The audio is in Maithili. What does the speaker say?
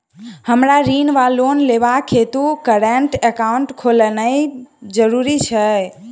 हमरा ऋण वा लोन लेबाक हेतु करेन्ट एकाउंट खोलेनैय जरूरी छै?